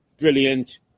brilliant